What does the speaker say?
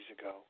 ago